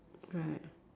right